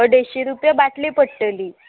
अडेशी रुपया बाटली पडटली